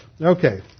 Okay